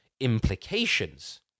implications